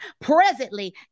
presently